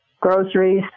groceries